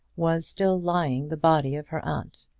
was still lying the body of her aunt!